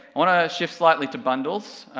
want to shift slightly to bundles.